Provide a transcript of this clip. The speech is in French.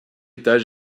étage